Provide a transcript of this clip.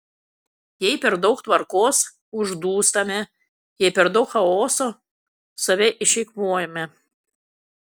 jei per daug tvarkos uždūstame jei per daug chaoso save išeikvojame